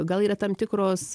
gal yra tam tikros